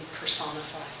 personified